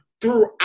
throughout